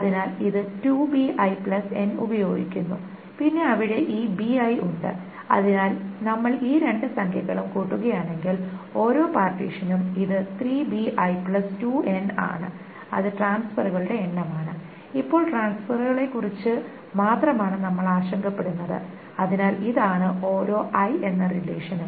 അതിനാൽ ഇത് 2bin ഉപയോഗിക്കുന്നു പിന്നെ അവിടെ ഈ bi ഉണ്ട് അതിനാൽ നമ്മൾ ഈ രണ്ട് സംഖ്യകളും കൂട്ടുകയാണെങ്കിൽ ഓരോ പാർട്ടീഷനും ഇത് 3bi2n ആണ് അത് ട്രാൻസ്ഫെറുകളുടെ എണ്ണമാണ് ഇപ്പോൾ ട്രാൻസ്ഫെറുകളെക്കുറിച്ച് മാത്രമാണ് നമ്മൾ ആശങ്കപ്പെടുന്നത് അതിനാൽ ഇതാണ് ഓരോ i എന്ന റിലേഷനും